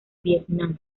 vietnam